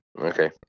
Okay